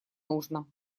нужно